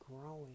growing